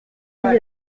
fille